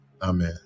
Amen